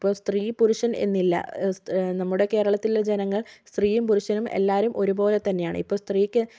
ഇപ്പോൾ സ്ത്രീ പുരുഷൻ എന്നില്ല നമ്മുടെ കേരളത്തിലെ ജനങ്ങൾ സ്ത്രീയും പുരുഷനും എല്ലാവരും ഒരുപോലെ തന്നെയാണ് ഇപ്പോൾ സ്ത്രീയ്ക്ക്